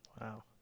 wow